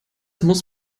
muss